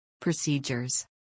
Procedures